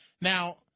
Now